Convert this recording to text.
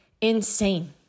insane